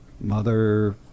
mother